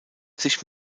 sich